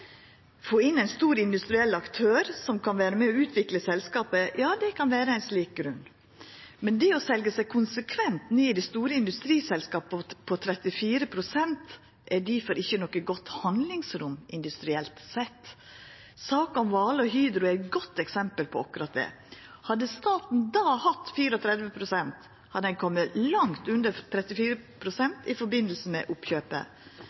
Få inn ein stor industriell aktør som kan vera med og utvikla selskapet – ja, det kan vera ein slik grunn. Men det å selja seg konsekvent ned i store industriselskap til 34 pst. er difor ikkje noko godt handlingsrom industrielt sett. Saka om Vale og Hydro er eit godt eksempel på akkurat det. Hadde staten der hatt 34 pst., hadde ein kome langt under 34 pst. i samband med oppkjøpet.